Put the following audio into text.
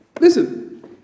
Listen